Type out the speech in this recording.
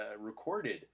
recorded